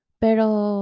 Pero